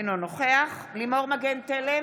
אינו נוכח לימור מגן תלם,